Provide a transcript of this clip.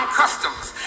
customs